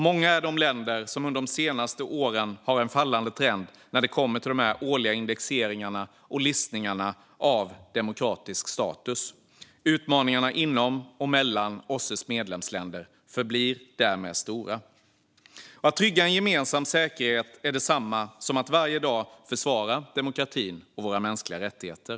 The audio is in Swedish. Många är de länder som under de senaste åren har haft en fallande trend i årliga indexeringar och listningar av demokratisk status. Utmaningarna inom och mellan OSSE:s medlemsländer förblir därmed stora. Att trygga en gemensam säkerhet är detsamma som att varje dag försvara demokratin och mänskliga rättigheter.